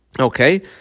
Okay